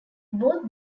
both